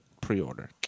pre-order